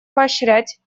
поощрять